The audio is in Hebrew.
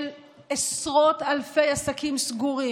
של עשרות אלפי עסקים סגורים,